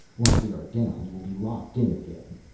once we are down you will be locked in again.